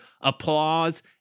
applause